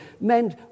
meant